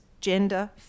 gender